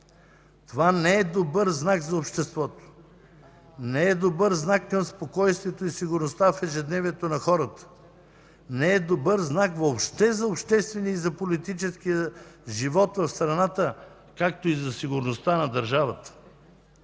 Това не е добър знак за обществото, не е добър знак към спокойствието и сигурността в ежедневието на хората, не е добър знак въобще за обществения и за политическия живот в страната, както и за сигурността на държавата